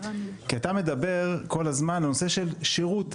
אתה מדבר על הזמן על נושא של שירות.